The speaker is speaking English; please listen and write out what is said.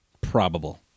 Probable